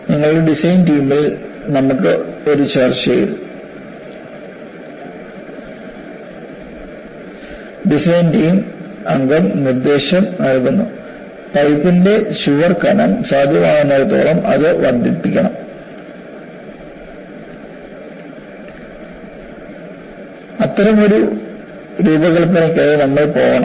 നിങ്ങളുടെ ഡിസൈൻ ടീമിന്റെ ഒരു ചർച്ചയിൽ ഡിസൈൻ ടീം അംഗം നിർദ്ദേശിക്കുന്നു പൈപ്പിന്റെ ചുവർ കനം സാധ്യമാകുന്നിടത്തോളം നമ്മൾ വർദ്ധിപ്പിക്കണം അത്തരമൊരു രൂപകൽപ്പനയ്ക്കായി നമ്മൾ പോകണം